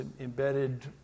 embedded